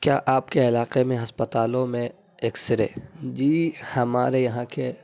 کیا آپ کے علاقے میں ہسپتالوں میں ایکس رے جی ہمارے یہاں کے